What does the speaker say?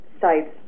sites